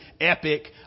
epic